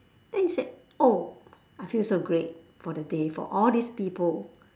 then you say oh I feel so great for the day for all these people